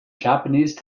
japanese